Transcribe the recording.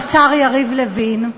השר יריב לוין,